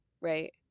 right